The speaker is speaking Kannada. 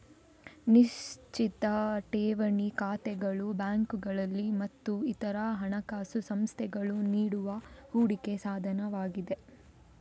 ನಿಶ್ಚಿತ ಠೇವಣಿ ಖಾತೆಗಳು ಬ್ಯಾಂಕುಗಳು ಮತ್ತು ಇತರ ಹಣಕಾಸು ಸಂಸ್ಥೆಗಳು ನೀಡುವ ಹೂಡಿಕೆ ಸಾಧನವಾಗಿದೆ